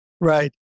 Right